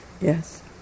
Yes